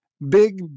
Big